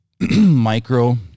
micro